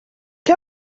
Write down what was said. que